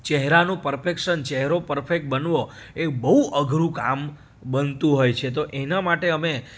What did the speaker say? ચેહરાનું perfection ચેહરો perfect બનવો એ બહુ અઘરું કામ બનતું હોય છે તો એના માટે અમે